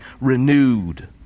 renewed